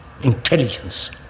intelligence